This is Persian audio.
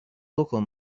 بکن